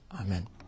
Amen